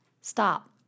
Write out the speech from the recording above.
Stop